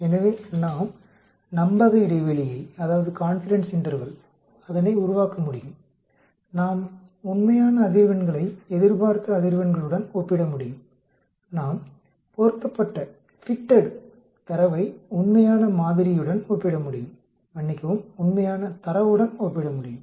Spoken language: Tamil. எனவே நாம் நம்பக இடைவெளியை உருவாக்க முடியும் நாம் உண்மையான அதிர்வெண்களை எதிர்பார்த்த அதிர்வெண்களுடன் ஒப்பிட முடியும் நாம் பொருத்தப்பட்ட தரவை உண்மையான மாதிரியுடன் ஒப்பிடமுடியும் மன்னிக்கவும் உண்மையான தரவுடன் ஒப்பிடமுடியும்